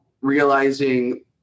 realizing